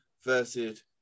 versus